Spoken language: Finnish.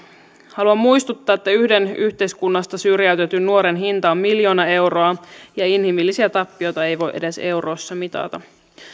haluan muistuttaa että yhden yhteiskunnasta syrjäytetyn nuoren hinta on miljoona euroa ja inhimillisiä tappioita ei voi edes euroissa mitata